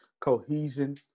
cohesion